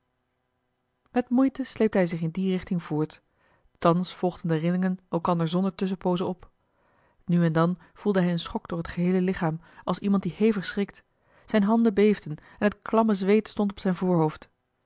met moeite sleepte hij zich in die richting voort thans volgden de rillingen elkander zonder tusschenpoozen op nu en dan voelde hij een schok door het geheele lichaam als iemand die hevig schrikt zijne handen beefden en het klamme zweet stond op zijn voorhoofd